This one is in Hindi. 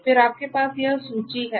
फिर आपके पास यह सूची है